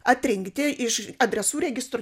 atrinkti iš adresų registrų